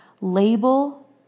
label